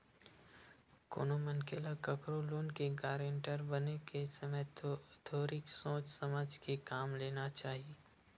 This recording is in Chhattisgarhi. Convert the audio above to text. कोनो मनखे ल कखरो लोन के गारेंटर बने के समे थोरिक सोच समझ के काम लेना चाही